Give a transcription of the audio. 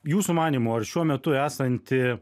jūsų manymu ar šiuo metu esanti